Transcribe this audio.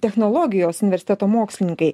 technologijos universiteto mokslininkai